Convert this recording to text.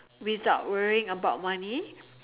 without worrying about money